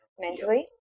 mentally